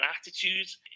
attitudes